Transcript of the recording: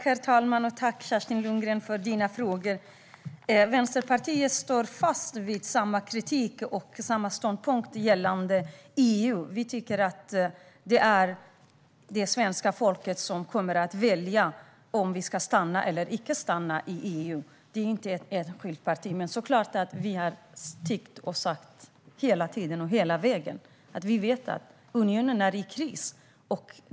Herr talman! Tack, Kerstin Lundgren, för dina frågor! Vänsterpartiet står fast vid samma kritik och samma ståndpunkt gällande EU. Vi tycker att det är det svenska folket som ska komma att välja om vi ska stanna eller inte stanna i EU. Det är inte ett enskilt parti som ska göra det. Vänsterpartiet har dock tyckt och sagt hela tiden och hela vägen att vi vet att unionen är i kris.